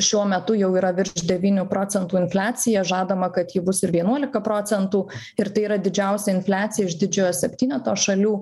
šiuo metu jau yra virš devynių procentų infliacija žadama kad ji bus ir vienuolika procentų ir tai yra didžiausia infliacija iš didžiojo septyneto šalių